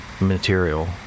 material